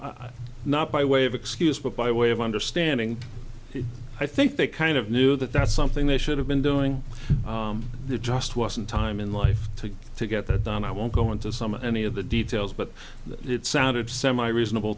not by way of excuse but by way of understanding i think they kind of knew that that's something they should have been doing there just wasn't time in life to to get that done i won't go into some of any of the details but it sounded semi reasonable